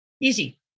Easy